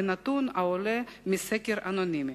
העולה מסקר אנונימי.